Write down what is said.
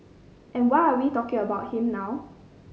and why are we talking about him now